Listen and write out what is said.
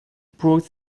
brought